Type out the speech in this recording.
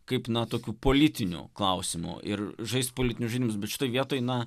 kaip na tokių politinių klausimų ir žaist politinius žaidimus bet šitoj vietoj na